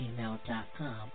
gmail.com